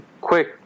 Quick